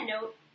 note